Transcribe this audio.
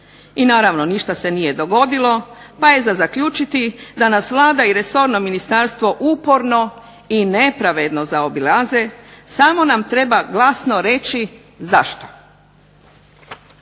i naravno ništa se nije dogodilo pa je za zaključiti da nas Vlada i resorno ministarstvo uporno i nepravedno zaobilaze, samo nam treba glasno reći zašto.